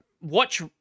Watch